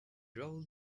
rolled